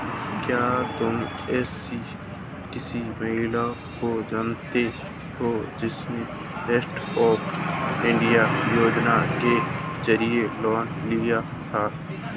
क्या तुम एसी किसी महिला को जानती हो जिसने स्टैन्डअप इंडिया योजना के जरिए लोन लिया था?